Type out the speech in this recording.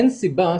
אין סיבה,